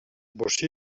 bocí